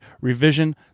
revision